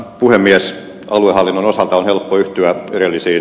puhemies aluehallinnon osalta on helppo yhtyä todellisia